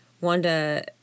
Wanda